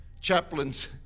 chaplains